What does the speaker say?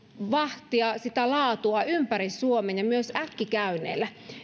vahtia sitä laatua ympäri suomen ja myös äkkikäynneillä